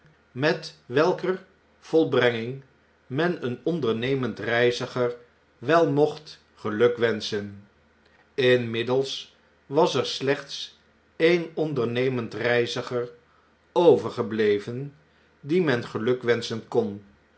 met welker volbrenging men een ondernemend reiziger wel mocnt gelukwenschen inmiddels was er slechts een ondernemend reiziger overgebleven dien men gelukwenschen kon